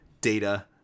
data